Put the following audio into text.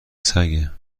سگه